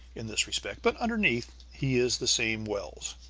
in this respect, but underneath he is the same wells.